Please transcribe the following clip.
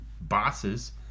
bosses